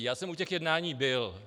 Já jsem u těch jednání byl.